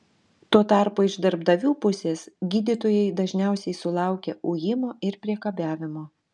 tuo tarpu iš darbdavių pusės gydytojai dažniausiai sulaukia ujimo ir priekabiavimo